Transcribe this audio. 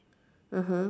(uh huh)